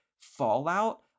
fallout